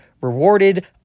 rewarded